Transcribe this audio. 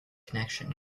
connection